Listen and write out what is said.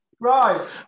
Right